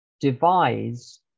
devise